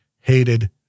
hated